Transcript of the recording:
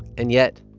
and yet,